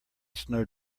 snow